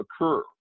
occur